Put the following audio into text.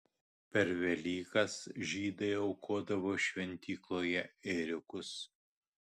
per velykas žydai aukodavo šventykloje ėriukus